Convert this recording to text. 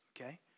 okay